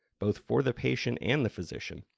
both for the patient and the physician,